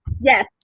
yes